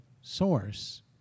source